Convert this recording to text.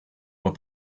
what